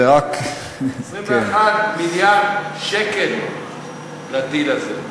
זה רק, 21 מיליארד שקל לדיל הזה,